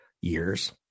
years